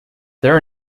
their